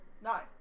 Nine